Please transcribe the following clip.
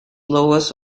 lowest